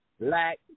black